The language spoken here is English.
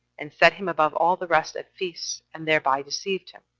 and set him above all the rest at feasts, and thereby deceived him.